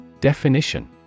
Definition